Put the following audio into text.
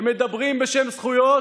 הם מדברים בשם זכויות